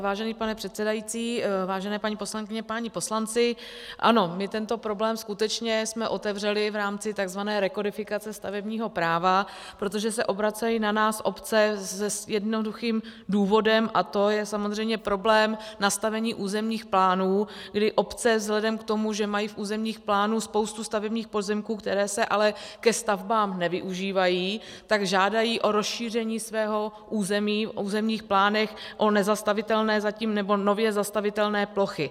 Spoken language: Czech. Vážený pane předsedající, vážené paní poslankyně, páni poslanci, ano, my tento problém skutečně jsme otevřeli v rámci takzvané rekodifikace stavebního práva, protože se na nás obracejí obce s jednoduchým důvodem, a to je samozřejmě problém nastavení územních plánů, kdy obce vzhledem k tomu, že mají v územních plánech spoustu stavebních pozemků, které se ale ke stavbám nevyužívají, žádají o rozšíření svého území v územních plánech o nezastavitelné zatím nebo nově zastavitelné plochy.